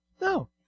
No